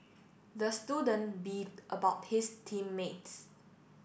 the student beefed about his team mates